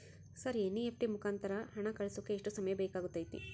Sir NEFT ಮುಖಾಂತರ ಹಣ ಕಳಿಸೋಕೆ ಎಷ್ಟು ಸಮಯ ಬೇಕಾಗುತೈತಿ?